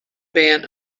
bern